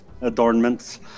adornments